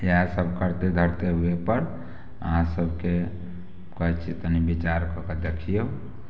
इएह सभ करतै धरतै उहेपर अहाँ सभके कहै छी तनि विचारकऽ कऽ दखियौ